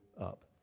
up